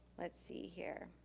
let's see here,